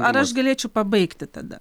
ar aš galėčiau pabaigti tada